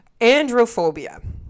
Androphobia